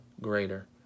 greater